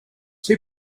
two